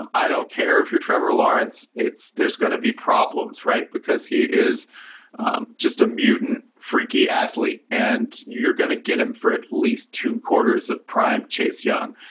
um i don't care if you're trevor lawrence. it's there's gonna be problems, right. because he is just a mutant freaky athlete. and you're gonna get him for at least two quarters of prime. chase young.